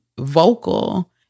vocal